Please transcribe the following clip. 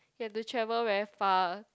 you have to travel very far